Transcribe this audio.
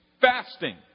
Fasting